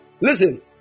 Listen